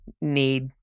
need